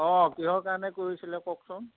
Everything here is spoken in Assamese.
অঁ কিহৰ কাৰণে কৰিছিলে কওকচোন